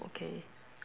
okay